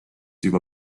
juba